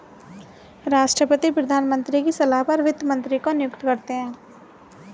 राष्ट्रपति प्रधानमंत्री की सलाह पर वित्त मंत्री को नियुक्त करते है